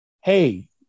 hey